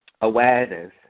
awareness